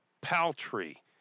paltry